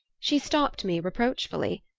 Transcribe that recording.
she stopped me reproachfully.